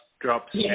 drops